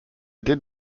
did